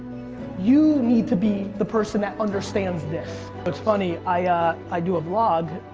you need to be the person that understands this. what's funny, i ah, i do a vlog,